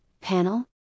panel